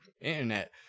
internet